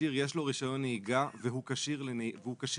להשאיר "יש לו רישיון נהיגה והוא כשיר לנהיגה",